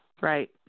right